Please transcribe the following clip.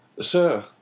Sir